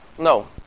No